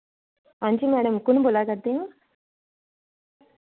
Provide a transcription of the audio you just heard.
हां जी मैडम कु'न बोल्ला करदे ओ